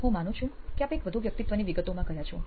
હું માનું છું કે આપ એક વધુ વ્યક્તિત્વની વિગતોમાં ગયા છો